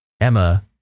Emma